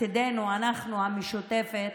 מצידנו, אנחנו, המשותפת,